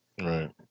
right